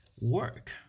work